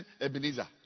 Ebenezer